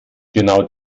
genau